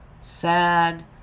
sad